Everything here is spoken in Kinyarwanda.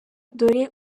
dore